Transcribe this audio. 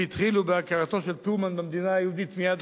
שהתחילו בהכרתו של הנשיא טרומן במדינה היהודית מייד